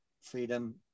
freedom